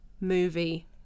movie